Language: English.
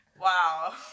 wow